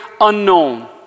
unknown